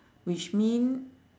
which mean